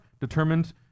determined